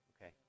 Okay